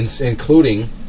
including